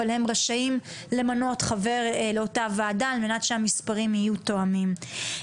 אבל הם רשאים למנות חבר לאותה ועדה על מנת שהמספרים יהיו תואמים.